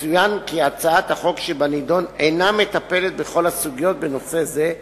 יצוין כי הצעת החוק שבנדון אינה מטפלת בכל הסוגיות בנושא זה,